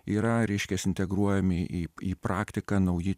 yra reiškias integruojami į į praktiką nauji